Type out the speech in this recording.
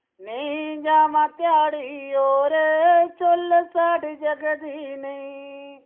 नेईं जावां धैड़ी और चु'ल्ल साढ़ी जगदी नेईं